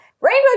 Rainbow